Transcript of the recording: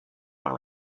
par